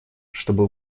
чтобы